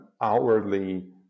outwardly